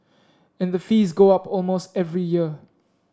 and the fees go up almost every year